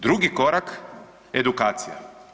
Drugi korak edukacija.